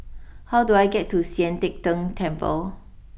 how do I get to Sian Teck Tng Temple